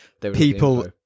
people